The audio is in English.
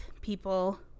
people